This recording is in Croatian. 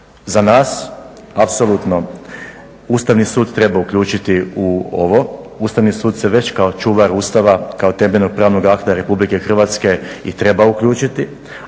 Za nas apsolutno Ustavni sud treba uključiti u ovo, Ustavni sud se već kao čuvar Ustava kao temeljnog pravnog akta Republike Hrvatske i treba uključiti,